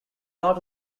not